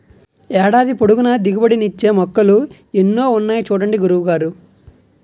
ఏడాది పొడుగునా దిగుబడి నిచ్చే మొక్కలు ఎన్నో ఉన్నాయి చూడండి గురువు గారు